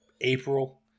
April